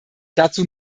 dazu